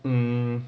mm